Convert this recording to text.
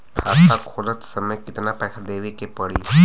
खाता खोलत समय कितना पैसा देवे के पड़ी?